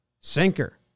Sinker